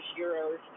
euros